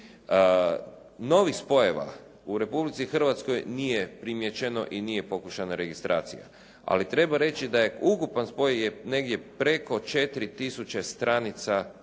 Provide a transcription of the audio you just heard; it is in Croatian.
Novih spojeva u Republici Hrvatskoj nije primjećeno i nije pokušana registracija, ali treba reći da je ukupan spoj negdje preko 4000 stranica kemijskih